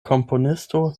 komponisto